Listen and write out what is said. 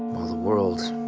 while the world